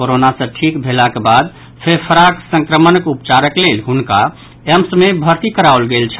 corona सॅ ठीक भेलाक बाद फेफड़ाक संक्रमणक उपचारक लेल हुनका एम्स मे भर्ती कराओल गेल छल